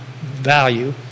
value